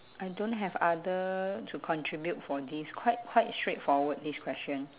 I don't have other to contribute for this quite quite straightforward this question